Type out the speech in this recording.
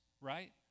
right